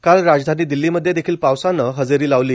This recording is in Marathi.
काल राजधानी दिल्लीमध्ये देखील पावसानं हजेरी लावली